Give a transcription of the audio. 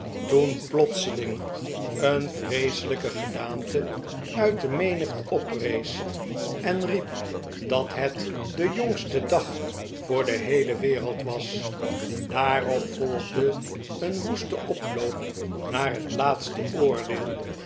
toen plotseling een vreeselijke gedaante uit de menigte oprees en riep dat het de jongste dag voor de heele wereld was daarop volgde een woeste oploop naar het laatste oordeel